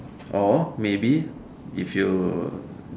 or maybe if you